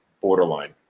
borderline